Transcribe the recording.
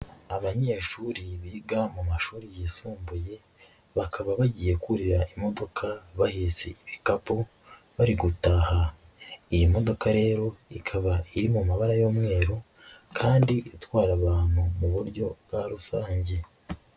Abanyeshuri biga mu mashuri yisumbuye, bakaba bagiye kurira imodoka bahetse ibikapu bari gutaha. Iyi modoka rero ikaba iri mu mabara y'umweru kandi itwara abantu mu buryo bwa rusange.